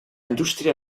industria